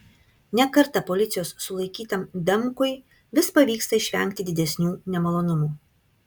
ne kartą policijos sulaikytam damkui vis pavyksta išvengti didesnių nemalonumų